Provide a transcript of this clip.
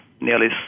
nearly